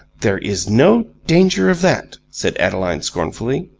there is no danger of that, said adeline scornfully.